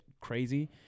Crazy